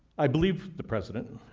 i believe the president.